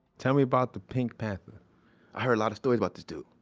tell me about the pink panther i heard a lot of stories about this dude.